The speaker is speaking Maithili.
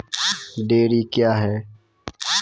डेयरी क्या हैं?